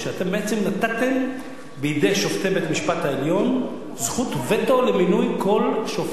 שאתם בעצם נתתם בידי שופטי בית-המשפט העליון זכות וטו על מינוי כל שופט.